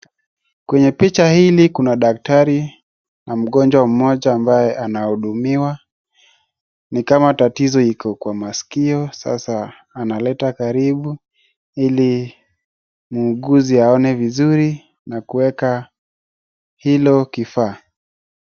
Kwenye picha hili kuna daktari na mgonjwa mmoja ambaye anahudumiwa ni kama tatizo iko kwa maskio, sasa analeta karibu ili muuguzi aone vizuri na aone hilo kifaa.